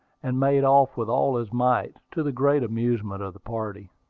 and made off with all his might, to the great amusement of the party.